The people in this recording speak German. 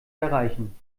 erreichen